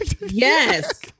Yes